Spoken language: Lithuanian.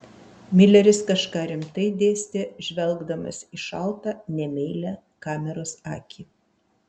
mileris kažką rimtai dėstė žvelgdamas į šaltą nemeilią kameros akį